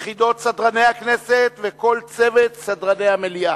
יחידת סדרני הכנסת וכל צוות סדרני המליאה,